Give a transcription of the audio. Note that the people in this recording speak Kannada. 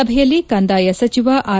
ಸಭೆಯಲ್ಲಿ ಕಂದಾಯ ಸಚಿವ ಆರ್